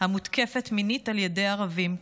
המותקפת מינית על ידי ערבים,